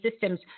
Systems